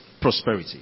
prosperity